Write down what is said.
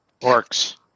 Orcs